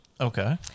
Okay